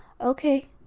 Okay